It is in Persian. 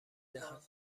دهد